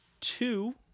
two